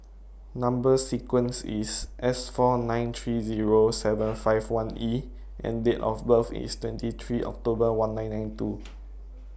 Number sequence IS S four nine three Zero seven five one E and Date of birth IS twenty three October one nine nine two